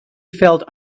felt